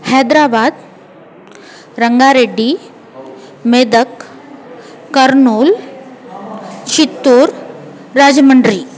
हैद्राबादः Rangareddy Medak Kurnool Chittoor Rajahmundry